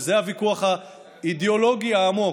וזה הוויכוח האידיאולוגי העמוק.